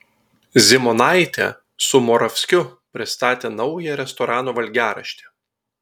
zymonaitė su moravskiu pristatė naują restorano valgiaraštį